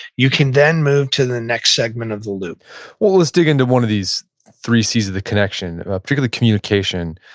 you can then move to the next segment of the loop well, let's dig into one of these three c's of the connection, particularly the communication.